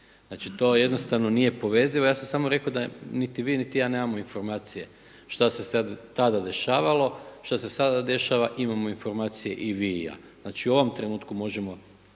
Znači, to jednostavno nije povezivo. Ja sam samo rekao da niti vi, niti ja nemamo informacije što se tada dešavalo. Što se sada dešava imamo informacije i vi i ja. Znači, u ovom trenutku možemo